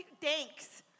Thanks